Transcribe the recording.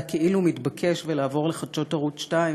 הכאילו-מתבקש ולעבור לחדשות ערוץ 2,